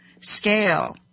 scale